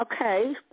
Okay